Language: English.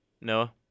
noah